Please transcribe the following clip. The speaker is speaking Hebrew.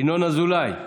ינון אזולאי,